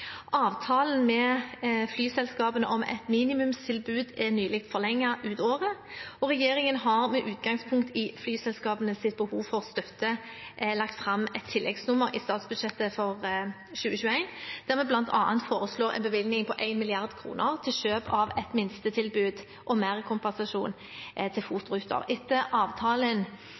med flyselskapene om et minimumstilbud er nylig forlenget ut året, og regjeringen har med utgangspunkt i flyselskapenes behov for støtte lagt fram et tilleggsnummer i statsbudsjettet for 2021, der vi bl.a. foreslår en bevilgning på 1 mrd. kr til kjøp av et minstetilbud og merkompensasjon til FOT-ruter. Etter avtalen